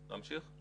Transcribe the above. להמשיך?